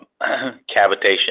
cavitation